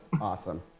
awesome